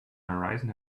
horizon